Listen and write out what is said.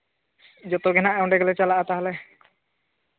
ᱡᱚᱛᱚᱜᱮ ᱦᱟᱸᱜ ᱚᱸᱰᱮᱜᱮ ᱪᱟᱞᱟᱜᱼᱟ ᱛᱟᱦᱚᱞᱮ